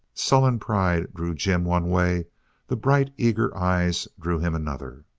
sullen pride drew jim one way the bright, eager eyes drew him another.